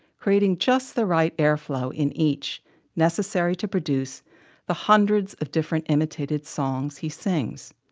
creating just the right airflow in each necessary to produce the hundreds of different imitated songs he sings.